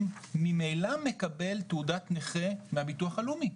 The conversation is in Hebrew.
ממילא מקבל תעודת נכה מהביטוח הלאומי.